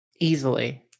Easily